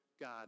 God